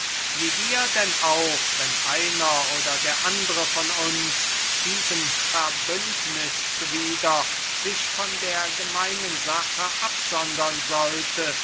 wie wir denn auch wenn einer oder der andre von uns diesem verbündnis zuwider sich von der gemeinen sache absondern sollte